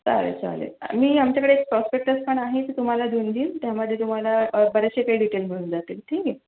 चालेल चालेल मी आमच्याकडे प्रॉस्पेक्टस पण आहे ते तुम्हाला देऊन देईन त्यामध्ये तुम्हाला बरेचसे काही डिटेल्स मिळून जातील ठीक आहे